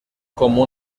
como